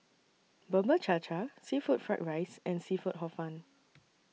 Bubur Cha Cha Seafood Fried Rice and Seafood Hor Fun